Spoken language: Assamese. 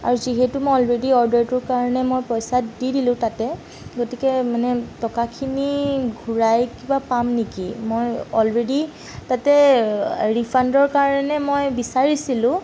আৰু যিহেতু মই অলৰেডি অৰ্ডাৰটোৰ কাৰণে মই পইচা দি দিলোঁ তাতে গতিকে মানে টকাখিনি ঘুৰাই কিবা পাম নিকি মই অলৰেদি তাতে ৰিফাণ্ডৰ কাৰণে মই বিচাৰিছিলোঁ